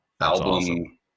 album